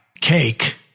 Cake